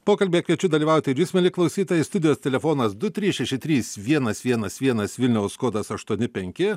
pokalbyje kviečiu dalyvauti ir jūs mieli klausytojai studijos telefonas du trys šeši trys vienas vienas vienas vilniaus kodas aštuoni penki